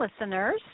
listeners